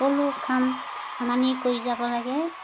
সকলো কাম সমানেই কৰি যাব লাগে